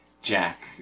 Jack